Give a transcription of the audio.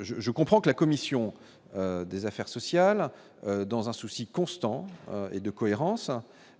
je comprends que la commission des affaires sociales, dans un souci constant et de cohérence,